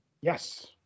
Yes